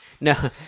No